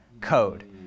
code